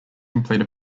complete